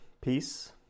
Peace